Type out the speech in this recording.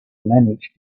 manage